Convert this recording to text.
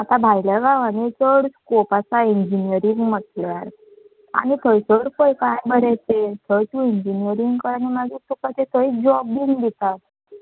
आतां भायल्या गांवांनी चड स्कोप आसा इंजिनियरींग म्हटल्यार आनी थंयसर पय कांय बरें तें थंय तूं इंजिनियरींग करून मागीर तुका तें थंयच जॉब बीन दिता